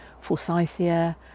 Forsythia